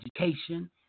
education